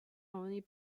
only